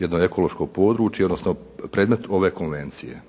jedno ekološko područje, odnosno predmet ove konvencije.